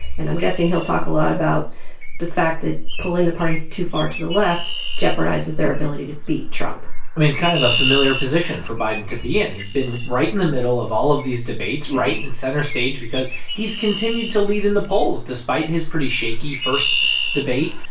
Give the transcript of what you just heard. and i'm guessing he'll talk a lot about the fact that pulling the party too far to the left jeopardizes their ability to beat and kind of a familiar position for biden to be in. he's been right in the middle of all of these debates, right and in center stage because he's continued to lead in the polls despite his pretty shaky first debate.